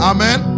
Amen